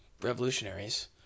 revolutionaries